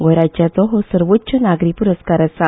गोंय राज्याचो हो सर्वोच्च नागरी पुरस्कार आसा